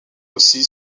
aussi